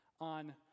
on